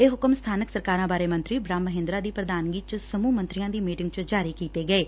ਇਹ ਹੁਕਮ ਸਬਾਨਕ ਸਰਕਾਰਾਂ ਬਾਰੇ ਮੰਤਰੀ ਬੁਹਮ ਮਹਿੰਦਰਾ ਦੀ ਪ੍ਰਧਾਨਗੀ ਚ ਸਮੁਹ ਮੰਤਰੀਆਂ ਦੀ ਮੀਟਿੰਗ ਚ ਜਾਰੀ ਕੀਤੇ ਗਏ ਨੇ